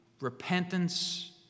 repentance